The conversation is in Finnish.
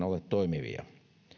ole toimivia